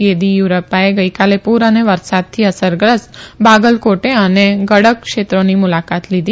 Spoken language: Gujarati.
યેદીયુરપ્પાએ ગઈકાલે પુર અને વરસાદથી અસરગ્રસ્ત બાગલકોો અને ગડગ ક્ષેત્રોની મુલાકાત લીધી